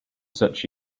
such